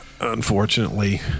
unfortunately